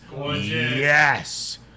Yes